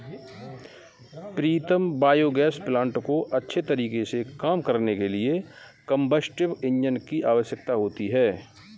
प्रीतम biogas plant को अच्छे तरीके से काम करने के लिए कंबस्टिव इंजन की आवश्यकता होती है